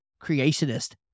Creationist